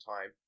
time